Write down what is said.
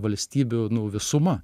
valstybių nu visuma